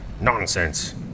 Nonsense